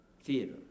theater